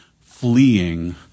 fleeing